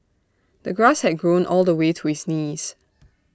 the grass had grown all the way to his knees